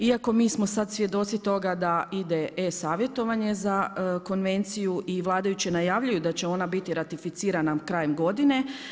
Iako mi smo sada svjedoci toga da ide e-savjetovanje za konvenciju i vladajući najavljuju da će ona biti ratificirana krajem godine.